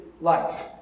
life